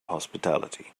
hospitality